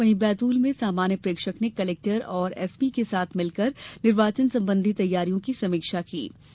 वहीं बैतूल में सामान्य प्रेक्षक ने कलेक्टर एवं एसपी के साथ मिलकर निर्वाचन संबंधी तैयारियों की स्थिति की जानकारी ली